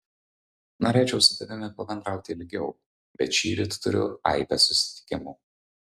norėčiau su tavimi pabendrauti ilgiau bet šįryt turiu aibę susitikimų